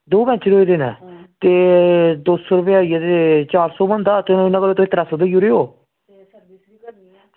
दो पंचर होई गेदे न ते दौ सौ रपेआ होइया ते चार सौ होइया ते होई जंदा ते तुस कोई चार सौ देई ओड़ेओ